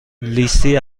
لیستی